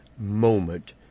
moment